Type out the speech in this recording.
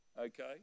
Okay